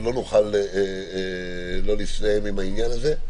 אבל לא נוכל לא לסיים עם העניין הזה.